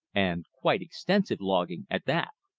and quite extensive logging at that.